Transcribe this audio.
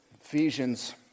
Ephesians